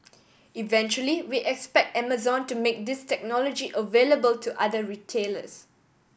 eventually we expect Amazon to make this technology available to other retailers